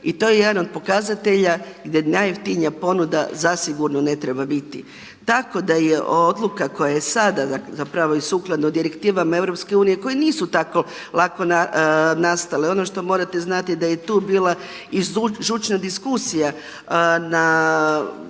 i to je jedan od pokazatelja gdje najjeftinija ponuda zasigurno treba biti. Tako da je odluka koja je sada, zapravo i sukladno direktivama EU koje nisu tako lako nastale. Ono što morate znati da je i tu bila žučna diskusija na